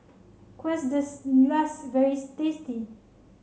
Quesadillas very tasty